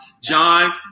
John